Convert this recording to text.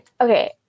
Okay